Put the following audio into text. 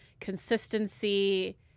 consistency